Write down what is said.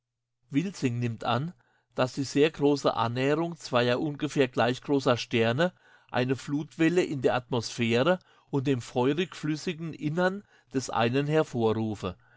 wilsing nimmt an daß die sehr große annäherung zweier ungefähr gleichgroßer sterne eine flutwelle in der atmosphäre und dem feurigflüssigen innern des einen hervorrufe